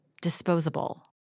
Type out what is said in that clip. disposable